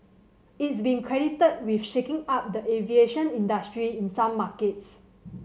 it's been credited with shaking up the aviation industry in some markets